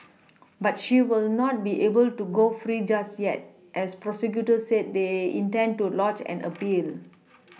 but she will not be able to go free just yet as prosecutors said they intend to lodge an appeal